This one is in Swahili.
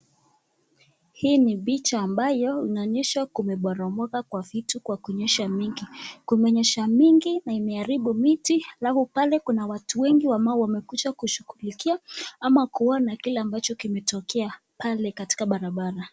Hii ni picha ambayo inaonyesha kumeporomoka kwa vitu kwa kunyesha mingi, kumenyesha mingi na imeharibu miti alafu kuna watu wengi ambao wamekuja kushughulikia ama kuona kile ambacho kimetokea pale katika barabara.